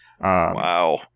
Wow